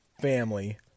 family